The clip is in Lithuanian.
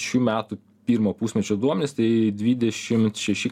šių metų pirmo pusmečio duomenis tai dvidešimt šeši